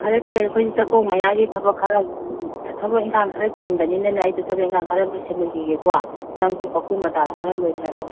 ꯐꯔꯦ ꯐꯔꯦ ꯑꯩꯈꯣꯏ ꯆꯥꯛꯀꯧ ꯃꯌꯥꯒꯤ ꯊꯕꯛ ꯈꯔ ꯊꯕꯛ ꯏꯪꯈꯥꯡ ꯈꯔ ꯆꯤꯟꯕꯅꯤꯅꯅꯦ ꯑꯩꯁꯨ ꯊꯕꯛ ꯏꯪꯈꯥꯡ ꯈꯔ ꯂꯣꯏꯁꯤꯜꯂꯨꯈꯤꯒꯦꯀꯣ ꯅꯪꯁꯨ ꯃꯀꯨꯞ ꯃꯇꯥꯗꯣ ꯈꯔ ꯂꯣꯏꯁꯤꯜꯂꯣ